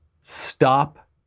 Stop